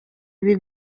ibi